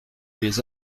lès